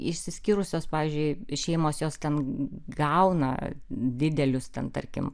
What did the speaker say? išsiskyrusios pavyzdžiui šeimos jos ten gauna didelius ten tarkim